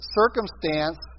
circumstance